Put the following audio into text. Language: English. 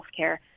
healthcare